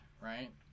right